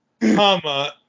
comma